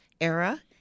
era